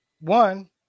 one